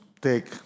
take